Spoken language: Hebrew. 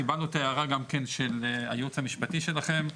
קיבלנו את ההערה גם כן של הייעוץ המשפטי שלכם,